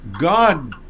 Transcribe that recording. God